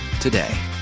today